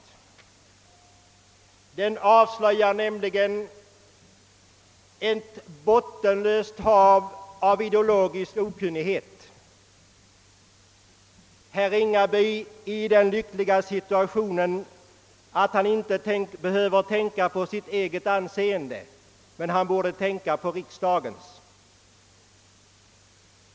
Den avslöjar nämligen ett bottenlöst hav av ideologisk okunnighet. Herr Ringaby är i den lyckliga situationen att inte behöva tänka på sitt eget anseende, men han borde tänka på riksdagens.